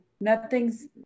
Nothing's